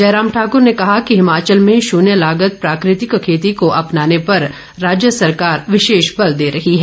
जयराम ठाकुर ने कहा कि हिमाचल में शून्य लागत प्राकृतिक खेती को अपनाने पर राज्य सरकार विशेष बल दे रही है